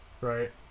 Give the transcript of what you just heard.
Right